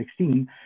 2016